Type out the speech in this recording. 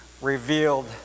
revealed